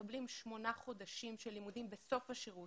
מקבלים שמונה חודשים של לימודים בסוף השירות